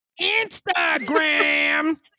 Instagram